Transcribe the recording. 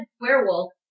werewolf